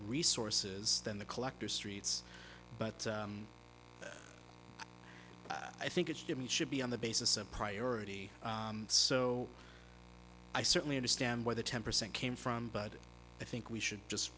resources than the collector streets but i think it's good and should be on the basis of priority so i certainly understand where the ten percent came from but i think we should just